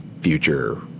future